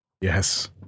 Yes